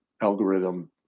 algorithm